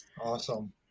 awesome